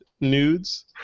nudes